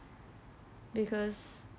because